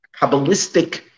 Kabbalistic